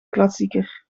klassieker